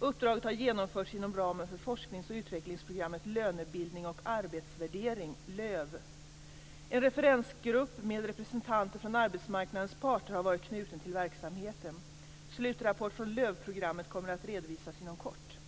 Uppdraget har genomförts inom ramen för forsknings och utvecklingsprogrammet Lönebildning och arbetsvärdering . En referensgrupp med representanter för arbetsmarknadens parter har varit knuten till verksamheten. Slutrapport från LÖV-programmet kommer att redovisas inom kort.